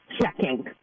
Checking